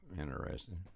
interesting